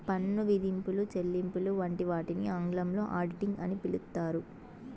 పన్ను విధింపులు, చెల్లింపులు వంటి వాటిని ఆంగ్లంలో ఆడిటింగ్ అని పిలుత్తారు